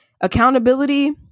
Accountability